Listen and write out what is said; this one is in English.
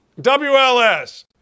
WLS